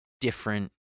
different